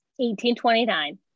1829